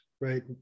right